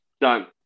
done